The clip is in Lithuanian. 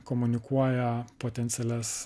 komunikuoja potencialias